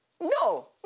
no